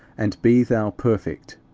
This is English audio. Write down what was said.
and be thou perfect.